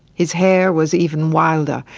his hair was even wilder.